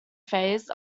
phase